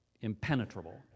impenetrable